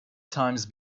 times